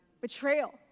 betrayal